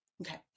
Okay